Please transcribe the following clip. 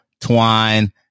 twine